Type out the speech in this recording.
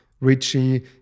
Richie